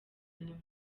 nyuma